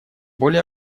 более